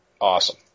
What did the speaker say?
awesome